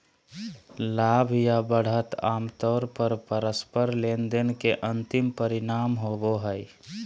लाभ या बढ़त आमतौर पर परस्पर लेनदेन के अंतिम परिणाम होबो हय